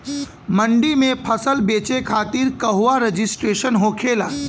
मंडी में फसल बेचे खातिर कहवा रजिस्ट्रेशन होखेला?